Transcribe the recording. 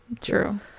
True